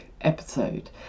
episode